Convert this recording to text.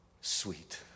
sweet